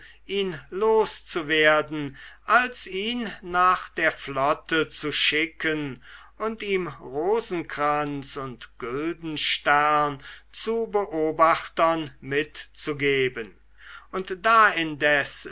ihn loszuwerden als ihn nach der flotte zu schicken und ihm rosenkranz und güldenstern zu beobachtern mitzugeben und da indes